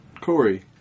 Corey